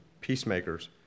peacemakers